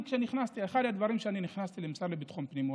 כשנכנסתי למשרד לביטחון הפנים,